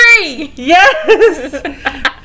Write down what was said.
Yes